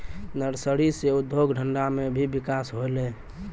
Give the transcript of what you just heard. nursery से उद्योग धंधा मे भी बिकास होलै